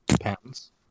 pounds